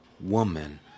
woman